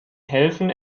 helfen